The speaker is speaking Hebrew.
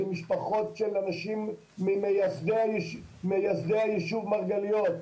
זה משפחות של אנשי ממייסדי היישוב מרגליות,